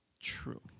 true